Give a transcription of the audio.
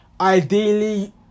Ideally